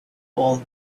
all